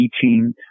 teaching